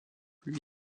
lui